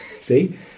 See